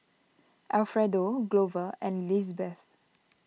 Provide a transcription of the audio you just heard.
Alfredo Glover and Lizbeth